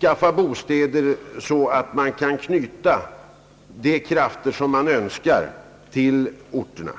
skaffa bostäder så att man kan knyta de krafter man önskar till orterna.